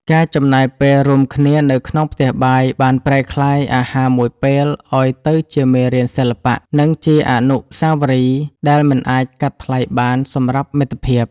ការចំណាយពេលរួមគ្នានៅក្នុងផ្ទះបាយ បានប្រែក្លាយអាហារមួយពេលឱ្យទៅជាមេរៀនសិល្បៈ និងជាអនុស្សាវរីយ៍ដែលមិនអាចកាត់ថ្លៃបានសម្រាប់មិត្តភាព។